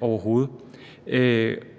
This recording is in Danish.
overhovedet.